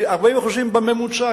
כי 40% בממוצע,